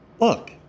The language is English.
Look